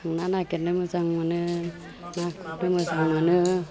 ना नागेरनो मोजां मोनो ना गुरनो मोजां मोनो